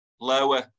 Lower